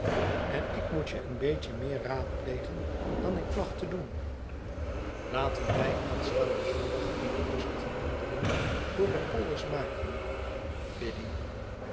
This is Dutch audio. en ik moetje een beetje meer raadplegen dan ik placht te doen laten wij aanstaanden zondag eene rustige wandeling door de polders maken biddy